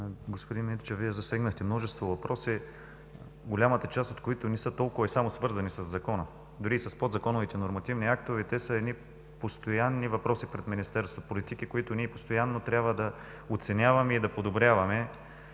Господин Мирчев, Вие засегнахте множество въпроси, голямата част от които не са толкова и само свързани със Закона, дори и с подзаконовите нормативни актове. Те са едни постоянни въпроси пред Министерството, политики, които ние постоянно трябва да оценяваме и да подобряваме